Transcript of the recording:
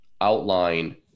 outline